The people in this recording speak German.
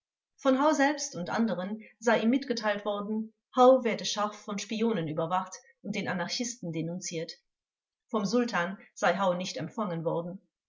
von hau selbst und anderen sei ihm mitgeteilt worden hau werde scharf von spionen überwacht und den anarchisten denunziert vom sultan sei hau nicht empfangen worden